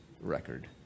record